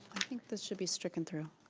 i think this should be stricken through.